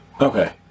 Okay